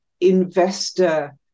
investor